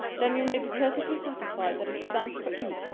then you may be perfectly satisfied that it stands for e,